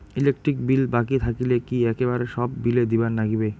Electric bill বাকি থাকিলে কি একেবারে সব বিলে দিবার নাগিবে?